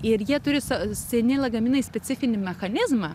ir jie turi sa seni lagaminai specifinį mechanizmą